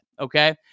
Okay